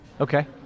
Okay